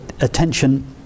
attention